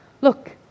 Look